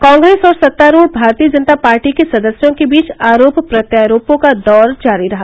कांग्रेस और सत्तारूढ़ भारतीय जनता पार्टी के सदस्यों के बीच आरोप प्रत्यारोपों का दौर जारी रहा